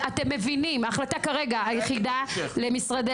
אתם מבינים, ההחלטה היחידה כרגע למשרדי